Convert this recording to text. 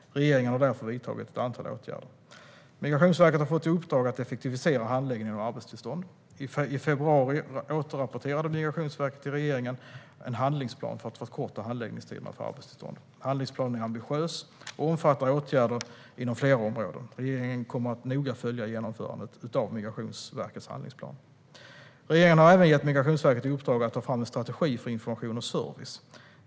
Regeringen har därför vidtagit ett antal åtgärder. Migrationsverket har fått i uppdrag att effektivisera handläggningen av arbetstillstånd. I februari återrapporterade Migrationsverket till regeringen en handlingsplan för att förkorta handläggningstiderna för arbetstillstånd. Handlingsplanen är ambitiös och omfattar åtgärder inom flera områden. Regeringen kommer att noga följa genomförandet av Migrationsverkets handlingsplan. Regeringen har även gett Migrationsverket i uppdrag att ta fram en strategi för information och service.